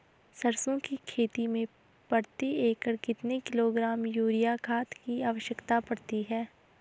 सरसों की खेती में प्रति एकड़ कितने किलोग्राम यूरिया खाद की आवश्यकता पड़ती है?